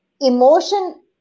emotion